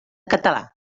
català